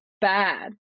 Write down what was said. bad